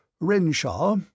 Renshaw